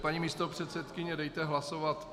Paní místopředsedkyně, dejte hlasovat o A17.